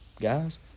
guys